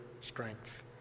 strength